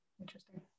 Interesting